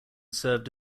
served